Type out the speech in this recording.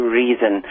reason